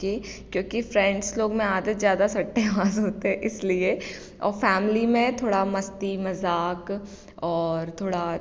क्योंकि फ्रेंड्स लोग में आदत ज़्यादा सट्टेबाज़ होते हैं इसलिए और फैमिली में थोड़ा मस्ती मज़ाक और थोड़ा